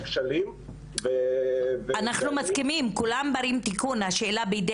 גם אני